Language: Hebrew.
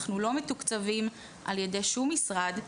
אנחנו לא מתוקצבים על ידי שום משרד,